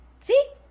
See